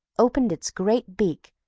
opened its great beak,